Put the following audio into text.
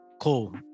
Cool